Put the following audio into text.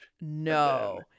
No